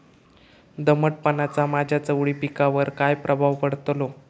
दमटपणाचा माझ्या चवळी पिकावर काय प्रभाव पडतलो?